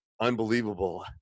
unbelievable